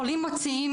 חולים מוציאים,